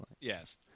yes